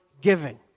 giving